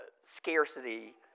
scarcity